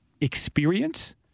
experience